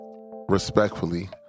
Respectfully